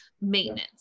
maintenance